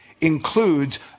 includes